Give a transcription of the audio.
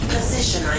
Position